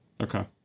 okay